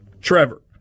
Trevor